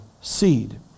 seed